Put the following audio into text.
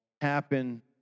happen